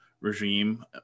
regime